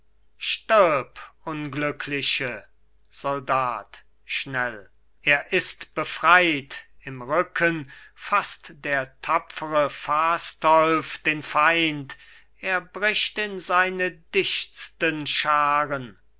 stirb unglückliche soldat schnell er ist befreit im rücken faßt der tapfere fastolf den feind er bricht in seine dichtsten scharen